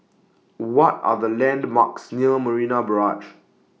What Are The landmarks near Marina Barrage